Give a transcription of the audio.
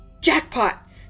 Jackpot